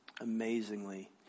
amazingly